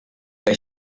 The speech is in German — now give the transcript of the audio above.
der